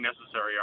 necessary